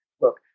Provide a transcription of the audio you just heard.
Look